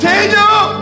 Daniel